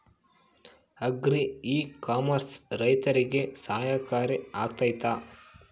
Agri e commerce ರೈತರಿಗೆ ಸಹಕಾರಿ ಆಗ್ತೈತಾ?